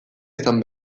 izan